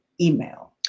email